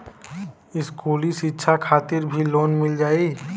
इस्कुली शिक्षा खातिर भी लोन मिल जाई?